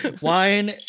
Wine